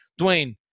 Dwayne